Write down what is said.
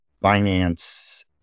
finance